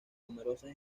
numerosas